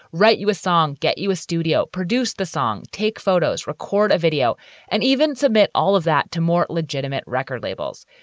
write you a song, get you a studio, produced the song, take photos, record a video and even submit all of that to more legitimate record labels.